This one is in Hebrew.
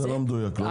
זה לא מדויק, לא.